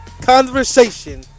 conversation